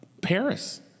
Paris